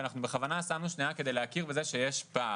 ואנחנו בכוונה שמנו אותם כדי להכיר בזה שיש פער,